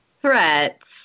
threats